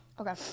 Okay